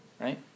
right